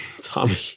Tommy